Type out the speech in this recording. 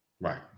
Right